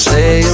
Say